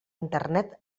internet